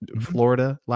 Florida